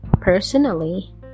personally